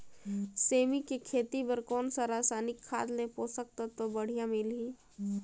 सेमी के खेती बार कोन सा रसायनिक खाद ले पोषक तत्व बढ़िया मिलही?